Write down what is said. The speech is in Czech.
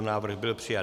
Návrh byl přijat.